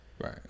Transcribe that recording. right